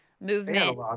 movement